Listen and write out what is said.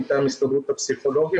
מטעם הסתדרות הפסיכולוגים,